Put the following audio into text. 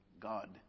God